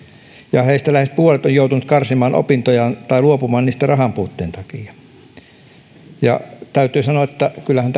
ja heistä lähes puolet on joutunut karsimaan opintojaan tai luopumaan niistä rahan puutteen takia täytyy sanoa että kyllähän